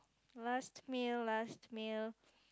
last meal last meal